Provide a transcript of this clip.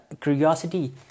Curiosity